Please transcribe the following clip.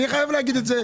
אני חייב להגיד את זה.